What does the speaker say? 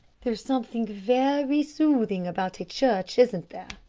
there's something very soothing about a church, isn't there?